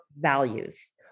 values